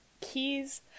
keys